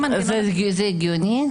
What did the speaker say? זה הגיוני?